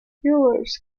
healers